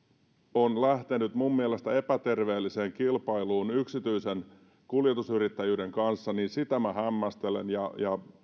on lähtenyt mielestäni epäterveelliseen kilpailuun yksityisen kuljetusyrittäjyyden kanssa ja sitä hämmästelen ja